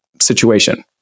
situation